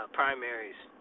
primaries